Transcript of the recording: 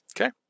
okay